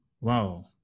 wow